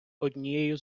однією